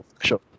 Sure